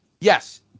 Yes